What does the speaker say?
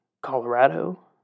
Colorado